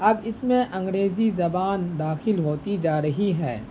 اب اس میں انگریزی زبان داخل ہوتی جا رہی ہے